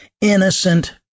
innocent